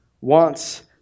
wants